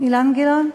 אילן גילאון,